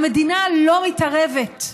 המדינה לא מתערבת.